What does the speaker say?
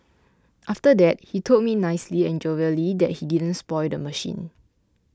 after that he told me nicely and jovially that he didn't spoil the machine